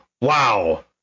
Wow